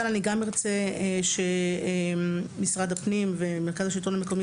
כאן אני גם ארצה שמשרד הפנים ומרכז השלטון המקומי